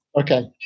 Okay